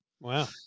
Wow